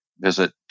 Visit